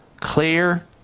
Clear